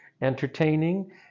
entertaining